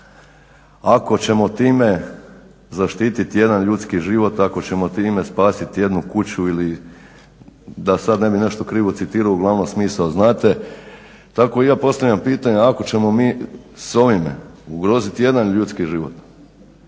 ako ćemo time zaštititi jedan ljudski život, ako ćemo time spasiti jednu kuću ili da sad ne bi nešto krivo citirao, u glavnom smisao znate, tako i ja postavljam pitanje, ako ćemo mi s ovime ugroziti jedan ljudski život,